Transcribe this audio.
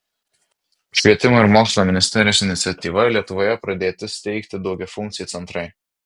švietimo ir mokslo ministerijos iniciatyva lietuvoje pradėti steigti daugiafunkciai centrai